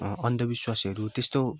अन्धविश्वासहरू त्यस्तो